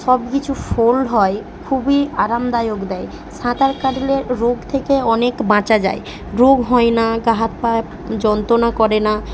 সব কিছু ফোল্ড হয় খুবই আরামদায়ক দেয় সাঁতার কাটলে রোগ থেকে অনেক বাঁচা যায় রোগ হয় না গা হাত পা যন্ত্রণা করে না